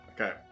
Okay